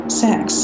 sex